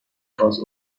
خواست